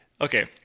Okay